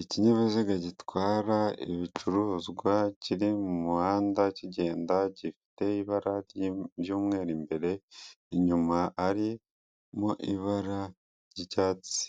Ikinyabiziga gitwara ibicuruzwa kiri mu muhanda kigenda gifite ibara ry'ibyumweru imbere, inyuma harimuo ibara ry'icyatsi